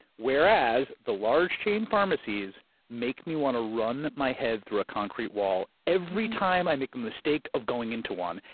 whereas the large chain pharmacies make me want to run my head through a concrete wall every time i make a mistake of going into one.